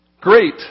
Great